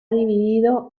dividido